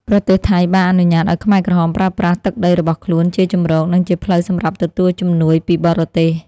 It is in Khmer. ប្រទេសថៃបានអនុញ្ញាតឱ្យខ្មែរក្រហមប្រើប្រាស់ទឹកដីរបស់ខ្លួនជាជម្រក និងជាផ្លូវសម្រាប់ទទួលជំនួយពីបរទេស។